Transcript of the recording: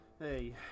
Hey